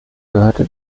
gehörte